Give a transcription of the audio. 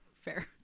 Fair